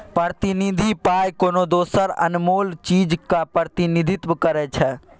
प्रतिनिधि पाइ कोनो दोसर अनमोल चीजक प्रतिनिधित्व करै छै